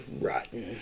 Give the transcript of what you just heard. rotten